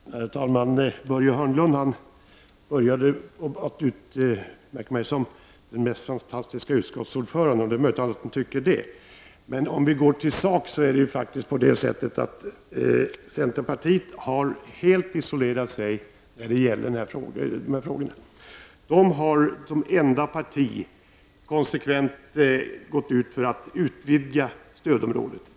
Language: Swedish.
Herr talman! Börje Hörnlund började med att utmärka mig som den mest fantastiska utskottsordföranden. Han kanske tycker så, men om vi går till saken har ju centerpartiet helt isolerat sig i dessa frågor. Centerpartiet har som enda parti konsekvent gått in för att utvidga stödområdet.